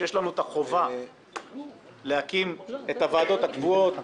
שיש לנו את החובה להקים את הוועדות הקבועות.